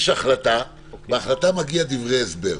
יש החלטה, בהחלטה מגיעים דברי הסבר.